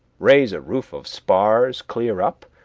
raise a roof of spars clear up,